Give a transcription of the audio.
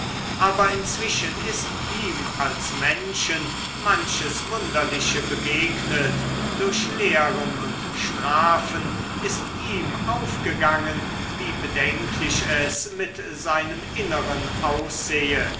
aber inzwischen ist ihm als menschen manches wunderliche begegnet durch lehren und strafen ist ihm aufgegangen wie bedenklich es mit seinem innern aussehe